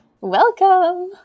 Welcome